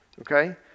okay